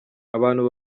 abantu